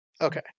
Okay